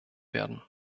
werden